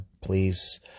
please